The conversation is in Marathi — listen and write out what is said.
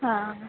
हां